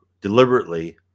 deliberately